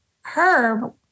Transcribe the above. Herb